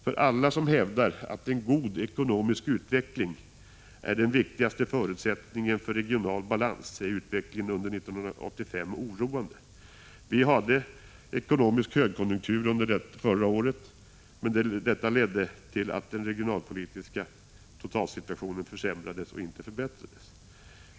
För alla som hävdar att en god ekonomisk utveckling är den viktigaste förutsättningen för regional balans är utvecklingen under 1985 oroande. Vi hade ekonomisk högkonjunktur under förra året, men detta ledde till att den regionalpolitiska totalsituationen försämrades och inte förbättrades.